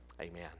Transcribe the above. amen